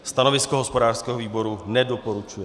Stanovisko hospodářského výboru nedoporučuje.